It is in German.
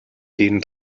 den